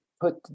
put